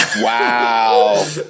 Wow